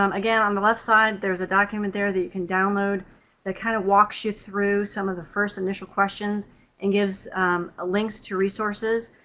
um again, on the left side, there's a document there that you can download that kind of walks you through some of the first initial questions and gives ah links to resources